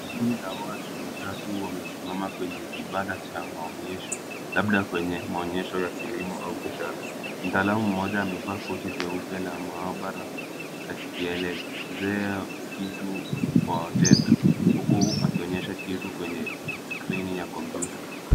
Kundi la watu watatu wamesimama kwenye kibanda cha maonyesho labda kwenye maonyesho ya kilimo au biashara. Mtaalamu mmoja amevaa koti jeupe la maabara akielezea kitu kwa wateja huku akionyesha kitu kwenye skrini ya kompyuta.